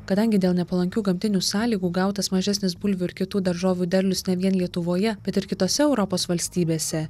kadangi dėl nepalankių gamtinių sąlygų gautas mažesnis bulvių ir kitų daržovių derlius ne vien lietuvoje bet ir kitose europos valstybėse